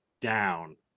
down